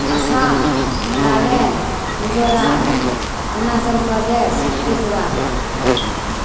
Assam Nagaland Mizoram Arunachal Pradesh Tripura